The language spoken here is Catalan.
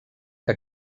que